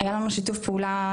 היה לנו שיתוף פעולה